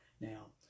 Now